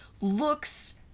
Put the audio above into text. looks